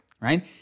right